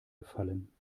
gefallen